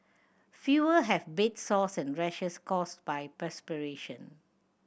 fewer have bed sores and rashes caused by perspiration